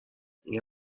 این